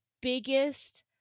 biggest